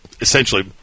essentially